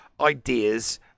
ideas